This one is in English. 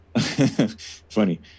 Funny